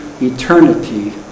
eternity